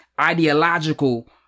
ideological